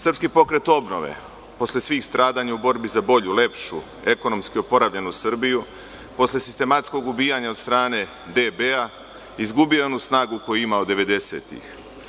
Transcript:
Srpski pokret obnove, posle svih stradanja u borbi za bolju, lepšu, ekonomski oporavljenu Srbiju, posle sistematskog ubijanja od strane DB-a, izgubio je onu snagu koju je imao 90-ih.